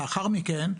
לאחר מכן,